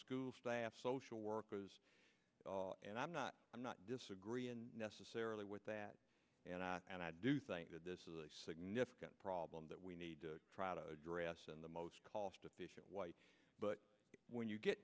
school staff social workers and i'm not i'm not disagreeing necessarily with that and i do think that this is a significant problem that we need to try to address and the most cost efficient white but when you get